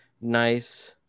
nice